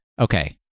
Okay